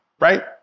right